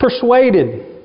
persuaded